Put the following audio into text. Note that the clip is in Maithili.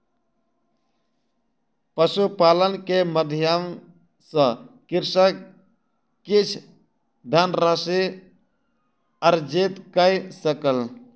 पशुपालन के माध्यम सॅ कृषक किछ धनराशि अर्जित कय सकल